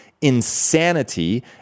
insanity